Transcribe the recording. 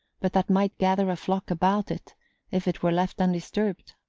but that might gather a flock about it if it were left undisturbed.